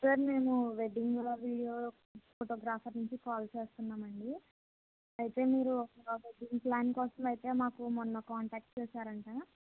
sir మేము వెడ్డింగ్లు అవి ఫోటోగ్రాఫర్ నుంచి కాల్ చేస్తున్నామండి అయితే మీరు మా దగ్గర ప్లాన్ కోసం అయితే మాకు మొన్న కాంటాక్ట్ చేశారంట